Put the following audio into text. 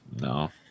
No